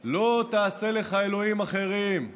לא תעשה לך אלוהים אחרים,